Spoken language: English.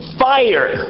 fire